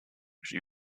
she